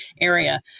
area